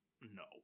No